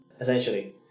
essentially